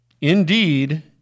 Indeed